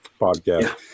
podcast